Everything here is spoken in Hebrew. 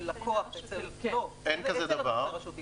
אין כזה דבר,